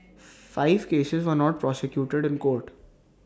five cases were not prosecuted in court